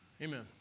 Amen